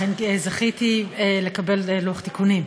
לכן זכיתי לקבל לוח תיקונים.